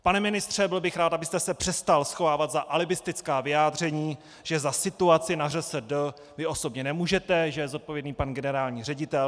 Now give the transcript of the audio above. Pane ministře, byl bych rád, abyste se přestal schovávat za alibistická vyjádření, že za situaci na ŘSD vy osobně nemůžete, že je zodpovědný pan generální ředitel.